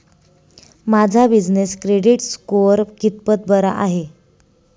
माझा business credit score कितपत बरा आहे?